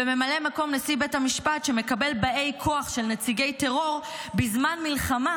וממלא מקום נשיא בית המשפט שמקבל באי כוח של נציגי טרור בזמן מלחמה,